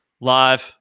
live